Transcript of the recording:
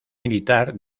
militar